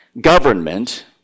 government